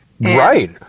right